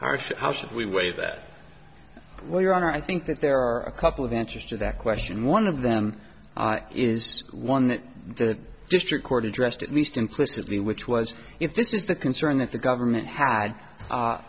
harsh how should we waive that well your honor i think that there are a couple of answers to that question one of them is one that the district court addressed at least implicitly which was if this is the concern that the government had